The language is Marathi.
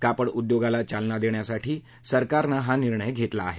कापड उद्योगाला चालना देण्यासाठी सरकारनं हा निर्णय घेतला आहे